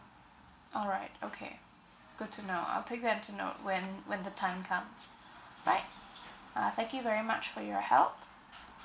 alright okay good to know I'll take that to note when when the time comes alright ah thank you very much for your help